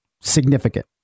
significant